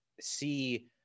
see